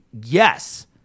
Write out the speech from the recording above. yes